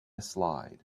slide